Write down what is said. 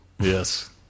Yes